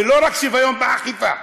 ולא רק שוויון באכיפה.